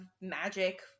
magic